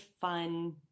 fun